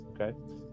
Okay